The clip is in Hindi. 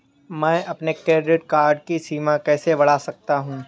मैं अपने क्रेडिट कार्ड की सीमा कैसे बढ़ा सकता हूँ?